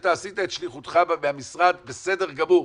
אתה עשית את שליחותך מהמשרד בסדר גמור,